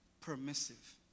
permissive